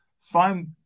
find